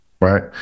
Right